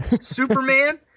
Superman